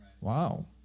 Wow